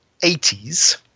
80s